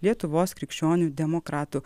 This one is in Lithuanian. lietuvos krikščionių demokratų